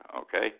okay